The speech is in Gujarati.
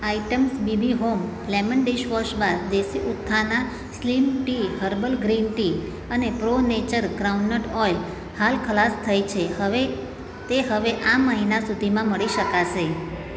items BB home lemon dishwash bar Desi Utthana slim tea herbal green tea અને પ્રો નેચર ગ્રાઉન્ડનટ ઓઈલ હાલ ખલાસ થઇ છે હવે તે હવે આ મહિના સુધીમાં મળી શકાશે